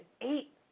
eight